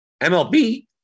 MLB